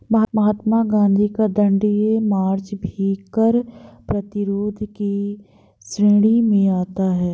महात्मा गांधी का दांडी मार्च भी कर प्रतिरोध की श्रेणी में आता है